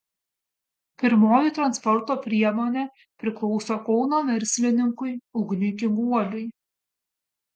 pirmoji transporto priemonė priklauso kauno verslininkui ugniui kiguoliui